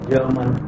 German